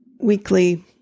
weekly